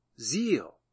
zeal